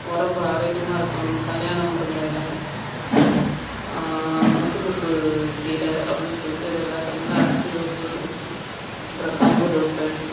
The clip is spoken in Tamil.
உடம்பு ஆரோக்கியமாக இருக்கணும் கல்யாண முருங்கை எலை முசு முசு கீரை அப்படின்னு சொல்லிட்டு இது எல்லாத்துலையுமே அரைச்சு தோசை சுட்டுக்கொடுப்போம் அப்புறம் கம்பு தோசை